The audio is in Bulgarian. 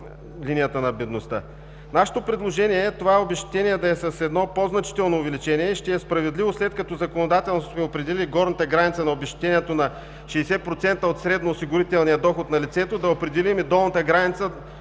Нашето предложение е това обезщетение да е с по-значително увеличение. Ще е справедливо, след като законодателно сме определили горната граница на обезщетението на 60% от средноосигурителния доход на лицето, да определим долната граница